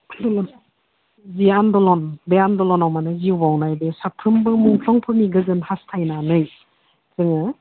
जि आण्डलन बे आण्डलनाव माने जिउ बावनाय बै साफ्रोमबो मुंख्लंफोरनि गोजोन हास्थायनानै जोङो